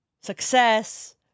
success